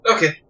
Okay